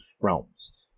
realms